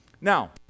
now